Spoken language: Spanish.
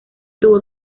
tuvo